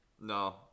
No